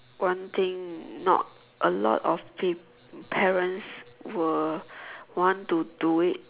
one thing not a lot of pa~ parents will want to do it